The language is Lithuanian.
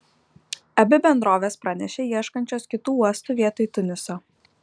abi bendrovės pranešė ieškančios kitų uostų vietoj tuniso